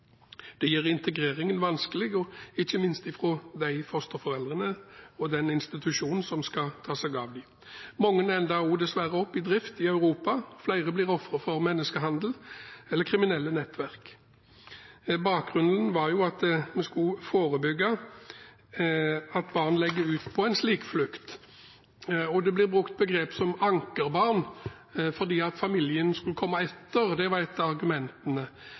Det gjør integreringen vanskelig, ikke minst for de fosterforeldrene eller den institusjonen som skal ta seg av dem. Mange ender dessverre opp i drift i Europa, og flere blir ofre for menneskehandel eller kriminelle nettverk. Bakgrunnen var jo at vi skulle forebygge at barn legger ut på en slik flukt. Det blir brukt begrep som «ankerbarn», fordi familien skulle komme etter. Det er et av argumentene.